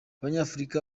abanyafurika